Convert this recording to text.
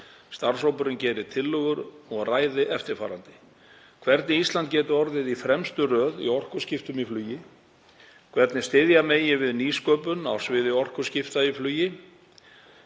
Starfshópurinn geri tillögur og ræði eftirfarandi: a. Hvernig Ísland geti orðið í fremstu röð í orkuskiptum í flugi. b. Hvernig styðja megi við nýsköpun á sviði orkuskipta í flugi.